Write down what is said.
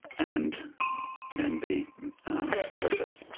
and then be processed.